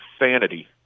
insanity